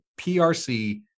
PRC